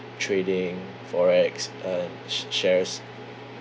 trading forex uh sh~ shares